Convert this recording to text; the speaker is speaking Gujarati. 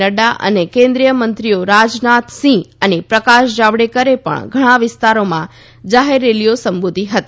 નફા અને કેન્દ્રીય મંત્રીઓ રાજનાથ સિંહ અને પ્રકાશ જાવડેકરે પણ ઘણા વિસ્તારોમાં જાહેર રેલીઓ સંબોધી હતી